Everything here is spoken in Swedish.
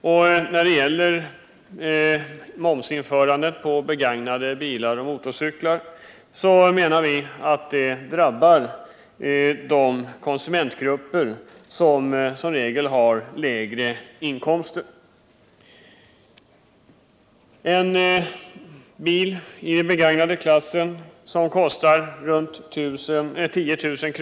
Vi anser att införandet av moms på begagnade bilar och motorcyklar i regel drabbar konsumentgrupper med lägre inkomst. En begagnad bil som i dag kostar omkring 10000 kr.